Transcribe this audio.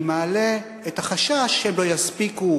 אני מעלה את החשש שהם לא יספיקו,